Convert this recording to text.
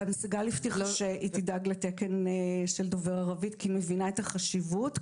גל הבטיחה שהיא תדאג לתקן של דובר ערבית כי היא מבינה את החשיבות.